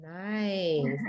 nice